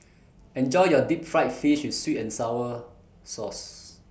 Enjoy your Deep Fried Fish with Sweet and Sour Sauce